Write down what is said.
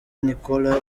nicholas